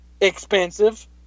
expensive